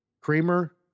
creamer